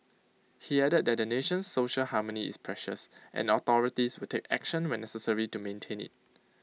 he added that the nation's social harmony is precious and authorities will take action when necessary to maintain IT